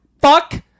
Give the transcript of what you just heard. fuck